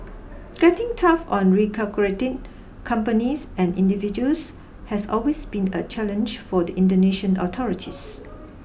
getting tough on recalcitrant companies and individuals has always been a challenge for the Indonesian authorities